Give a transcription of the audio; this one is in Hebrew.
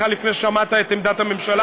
בכלל לפני ששמעת את עמדת הממשלה.